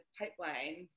pipeline